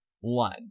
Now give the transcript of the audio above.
one